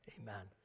Amen